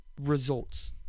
results